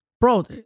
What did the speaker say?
bro